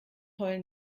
heulen